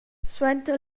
suenter